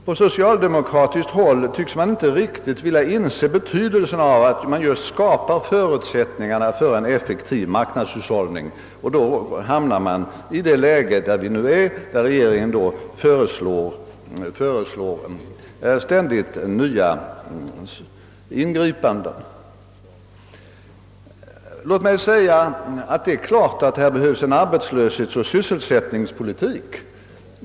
På socialdemokratiskt håll tycks man inte riktigt vilja inse betydelsen av att förutsättningar skapas för en effektiv marknadshushållning. Detta är en orsak till att vi nu hamnat i det läge där vi nu befinner oss och där regeringen ständigt föreslår mera omfattande ingripanden. Låt mig säga att det är klart att här behövs en energisk arbetslöshetsoch sysselsättningspolitik.